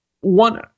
one